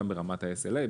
גם ברמת ה-SLA,